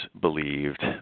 believed